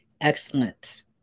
excellent